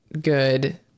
good